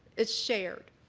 it's shared.